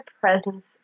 presence